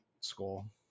school